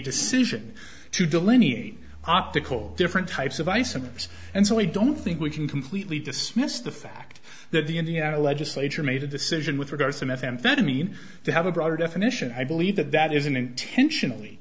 decision to delineate optical different types of isomers and so i don't think we can completely dismiss the fact that the indiana legislature made a decision with regards to methamphetamine they have a broader definition i believe that that is an intentionally